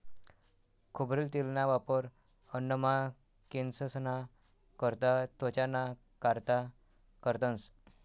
खोबरेल तेलना वापर अन्नमा, केंससना करता, त्वचाना कारता करतंस